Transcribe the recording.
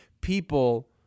People